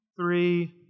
three